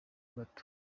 gato